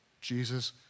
Jesus